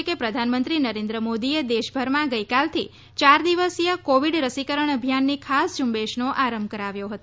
ઉલ્લેખનિય છે કે પ્રધાનમંત્રી નરેન્દ્ર મોદીએ દેશભરમાં ગઈકાલથી ચાર દિવસીય કોવિડ રસીકરણ અભિયાનની ખાસ ઝુંબેશનો આરંભ કરાવ્યો હતો